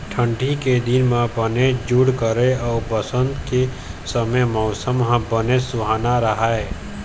ठंडी के दिन म बनेच जूड़ करय अउ बसंत के समे मउसम ह बनेच सुहाना राहय